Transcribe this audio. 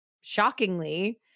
shockingly